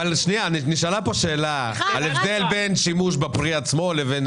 נשאלה כאן שאלה על הבדל בין שימוש בפרי עצמו לבין